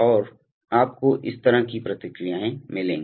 और आपको इस तरह की प्रतिक्रियाएँ मिलेंगी